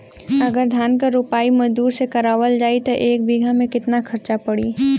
अगर धान क रोपाई मजदूर से करावल जाई त एक बिघा में कितना खर्च पड़ी?